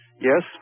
Yes